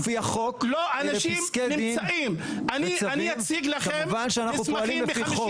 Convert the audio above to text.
אני אציג לכם --- כמובן שאנחנו פועלים לפי חוק.